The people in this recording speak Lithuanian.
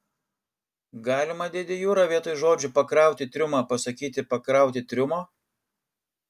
galima dėde jura vietoj žodžių pakrauti triumą pasakyti pakrauti triumo